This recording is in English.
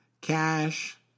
cash